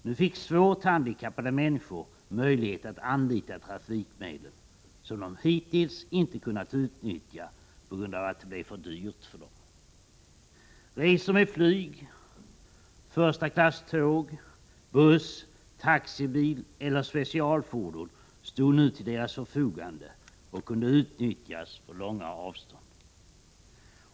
Nu fick svårt handikappade människor möjlighet att anlita trafikmedlen — som de hittills inte kunnat utnyttja på grund av att det blev för dyrt för dem. Resor med flyg, första klass tåg, buss, taxibil eller specialfordon stod nu till deras förfogande och kunde utnyttjas för långa avstånd.